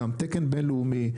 גם תקן בינלאומי,